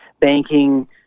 banking